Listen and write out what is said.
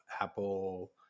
Apple